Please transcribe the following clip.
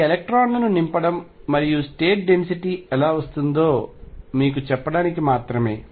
ఇది ఎలెక్ట్రాన్లను నింపడం మరియు స్టేట్ డెన్సిటీ ఎలా వస్తుందో మీకు చెప్పడానికి మాత్రమే